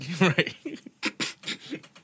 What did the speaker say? Right